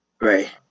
Right